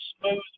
smooth